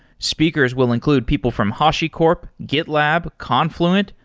speakers will include people from hashicorp, gitlab, confluent,